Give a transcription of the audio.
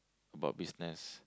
about business